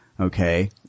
okay